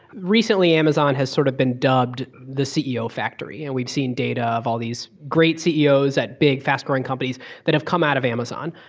recently, amazon has sort of been dubbed the ceo factory. and we've seen data of all these great ceos at big fast-growing companies that have come out of amazon,